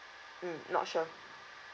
mm not sure